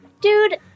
Dude